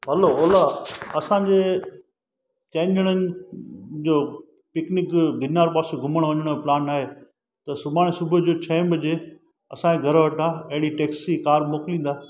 हलो ओला असांजे चइनि ॼणनि जो पिकनिक गिरनार पासे घुमणु वञण जो प्लान आहे त सुभाणे सुबुह जो छहें बजे असांजे घर वटां अहिड़ी टैक्सी कार मोकिलींदा